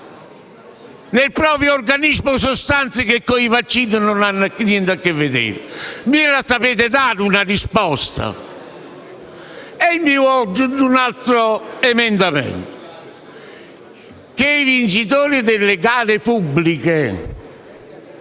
nel proprio organismo sostanze che con i vaccini non hanno niente a che vedere. Me la sapete dare una risposta? Ho aggiunto un altro subemendamento, secondo cui i vincitori delle gare pubbliche